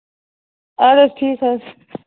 اَدٕ حظ ٹھیٖک حظ